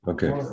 Okay